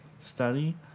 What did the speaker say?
study